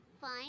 Fine